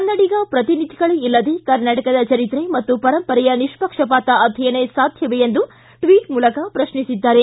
ಕನ್ನಡಿಗ ಪ್ರತಿನಿಧಿಗಳೇ ಇಲ್ಲದೇ ಕರ್ನಾಟಕದ ಚರಿತ್ರೆ ಮತ್ತು ಪರಂಪರೆಯ ನಿಷ್ಣಕ್ಷಪಾತ ಅಧ್ಯಯನ ಸಾಧ್ಯವೇ ಎಂದು ಟ್ವಟ್ ಮೂಲಕ ಪ್ರಶ್ನಿಸಿದ್ದಾರೆ